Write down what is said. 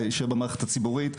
להישאר במערכת הציבורית.